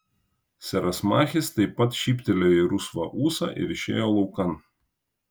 seras machis taip pat šyptelėjo į rusvą ūsą ir išėjo laukan